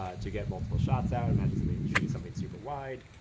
ah to get multiple shots out. imagine something shooting something super wide.